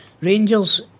Rangers